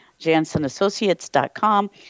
jansenassociates.com